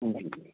जी thank you